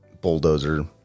bulldozer